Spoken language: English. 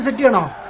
vietnam